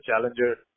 challenger